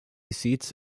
seats